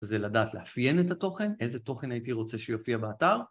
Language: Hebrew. זה לדעת לאפיין את התוכן, איזה תוכן הייתי רוצה שיופיע באתר.